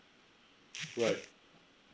right